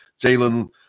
Jalen